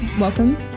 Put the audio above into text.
Welcome